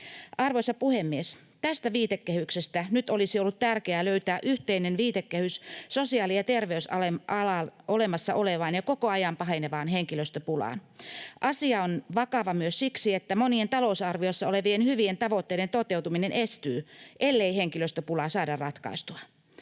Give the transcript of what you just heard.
Arvoisa puhemies! Tästä viitekehyksestä olisi ollut nyt tärkeää löytää yhteinen viitekehys sosiaali‑ ja terveysalalla olemassa olevaan ja koko ajan pahenevaan henkilöstöpulaan. Asia on vakava myös siksi, että monien talousarviossa olevien hyvien tavoitteiden toteutuminen estyy, ellei henkilöstöpulaa saada ratkaistua.